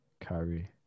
Kyrie